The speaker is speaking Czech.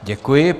Děkuji.